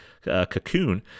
cocoon